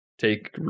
take